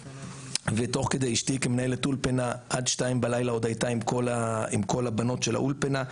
ותוך כדי אשתי כמנהלת אולפנה עד 2:00 עוד הייתה עם כל הבנות של האולפנה.